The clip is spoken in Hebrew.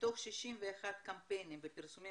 מתוך 61 קמפיינים ופרסומים